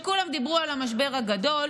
וכולם דיברו על המשבר הגדול.